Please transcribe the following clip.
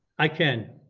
i can.